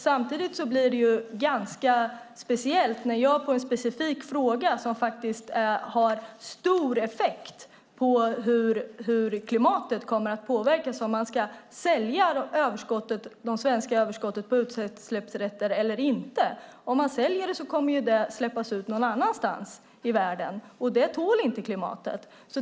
Samtidigt blir det ganska speciellt när jag ställer en specifik fråga om något som faktiskt har stor effekt på hur klimatet kommer att påverkas - om man ska sälja det svenska överskottet av utsläppsrätter eller inte. Om man säljer det kommer utsläpp att ske någon annanstans i världen, och det tål inte klimatet.